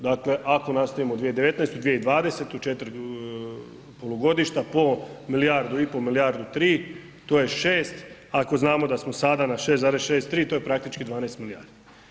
Dakle ako nastavimo 2019., 2020., četiri polugodišta po milijardu i pol, milijardu tri, to je 6, ako znamo da smo sada na 6,63 to je praktički 12 milijardi.